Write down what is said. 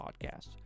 podcasts